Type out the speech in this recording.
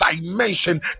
dimension